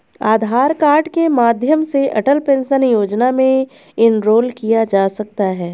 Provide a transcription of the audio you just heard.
आधार card के माध्यम से अटल पेंशन योजना में इनरोल किया जा सकता है